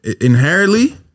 inherently